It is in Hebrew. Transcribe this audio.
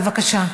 בבקשה,